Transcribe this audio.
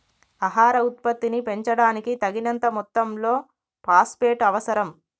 ఆహార ఉత్పత్తిని పెంచడానికి, తగినంత మొత్తంలో ఫాస్ఫేట్ అవసరం